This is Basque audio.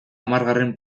hamargarren